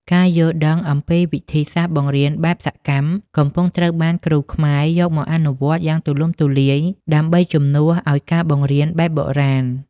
ការយល់ដឹងអំពីវិធីសាស្ត្របង្រៀនបែបសកម្ម កំពុងត្រូវបានគ្រូខ្មែរយកមកអនុវត្តយ៉ាងទូលំទូលាយដើម្បីជំនួសឱ្យការបង្រៀនបែបបុរាណ។